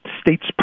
state's